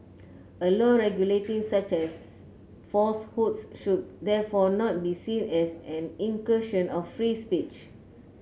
a law regulating such as falsehoods should therefore not be seen as an incursion of free speech